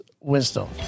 Wisdom